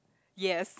yes